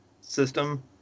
system